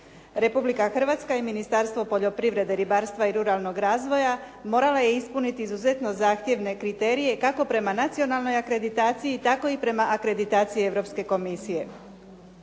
Republika Hrvatska i Ministarstvo poljoprivrede, ribarstva i ruralnog razvoja moralo je ispuniti izuzetno zahtjevne kriterije kako prema nacionalnoj akreditaciji tako i prema i akreditaciji Europske komisije.